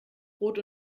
brot